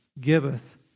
Giveth